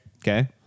Okay